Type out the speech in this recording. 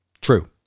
True